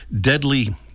Deadly